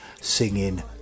singing